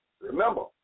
Remember